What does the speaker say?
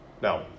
Now